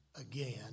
again